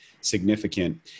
significant